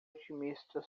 otimista